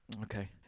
Okay